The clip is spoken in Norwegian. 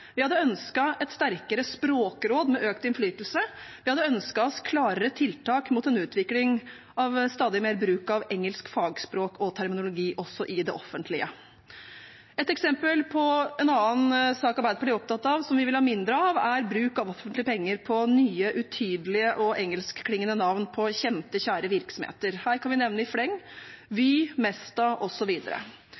Vi hadde ønsket et sterkere språkråd med økt innflytelse. Vi hadde ønsket oss klarere tiltak mot en utvikling av stadig mer bruk av engelsk fagspråk og terminologi også i det offentlige. Et eksempel på en annen sak Arbeiderpartiet er opptatt av, og som vi vil ha mindre av, er bruk av offentlige penger på nye, utydelige og engelskklingende navn på kjente, kjære virksomheter. Her kan vi nevne i fleng: Vy, Mesta osv. Vi